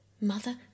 mother